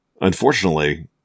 unfortunately